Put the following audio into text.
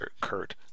Kurt